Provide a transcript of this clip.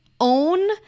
own